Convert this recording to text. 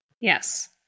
Yes